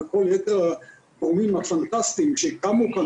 את כל יתר הגורמים הפנטסטיים שהקמנו כאן